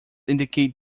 indicate